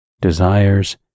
desires